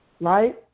right